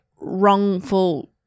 wrongful